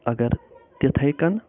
اگر تِتھَے کٔنۍ